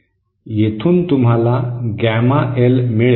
येथून तुम्हाला gamma L मिळेल